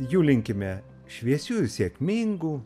jų linkime šviesių ir sėkmingų